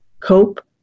cope